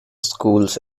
schools